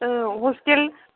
औ हस्टेल